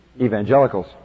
evangelicals